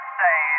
say